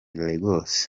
lagos